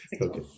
Okay